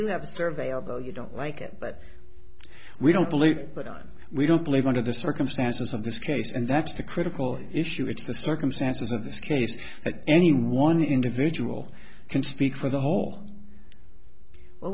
do have a survey although you don't like it but we don't believe it but on we don't believe under the circumstances of this case and that's the critical issue it's the circumstances of this case that any one individual can speak for the whole well